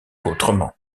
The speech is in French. autrement